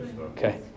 Okay